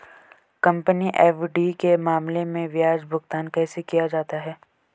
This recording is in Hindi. कंपनी एफ.डी के मामले में ब्याज भुगतान कैसे किया जाता है?